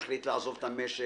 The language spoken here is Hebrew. החליט לעזוב את המשק,